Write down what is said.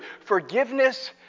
Forgiveness